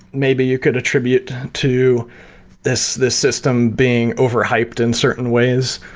maybe you could attribute to this this system being overhyped in certain ways.